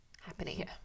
happening